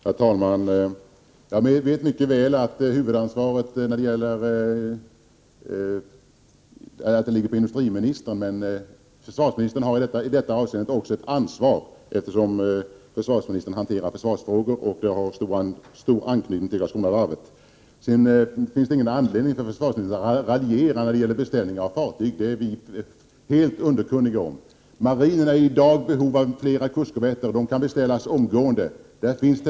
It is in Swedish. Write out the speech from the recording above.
Herr talman! Jag vet mycket väl att huvudansvaret ligger på industriministern, men försvarsministern har i detta avseende också ett ansvar, eftersom han hanterar försvarsfrågor och de har stark anknytning till Karlskronavarvet. Det finns ingen anledning för försvarsministern att raljera när det gäller beställning av fartyg. Vi är helt underkunniga om hur det går till. Marinen är i dagi behov av flera kustkorvetter, och de kan beställas omedelbart. Det finns Prot.